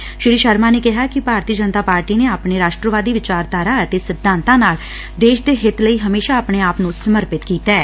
ਅਸ਼ਵਨੀ ਸ਼ਰਮਾ ਨੇ ਕਿਹਾ ਕਿ ਭਾਰਤੀ ਜਨਤਾ ਪਾਰਟੀ ਨੇ ਆਪਣੀ ਰਾਸ਼ਟਰਵਾਦੀ ਵਿਚਾਰਧਾਰਾ ਅਤੇ ਸਿਧਾਂਤਾਂ ਨਾਲ ਦੇਸ਼ ਦੇ ਹਿੱਤ ਲਈ ਹਮੇਸ਼ਾਂ ਆਪਣੇ ਆਪ ਨੂੰ ਸਮਰਪਿਤ ਕੀਤਾ ਐ